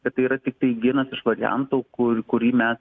bet tai yra tiktai vienas iš variantų kur kurį mes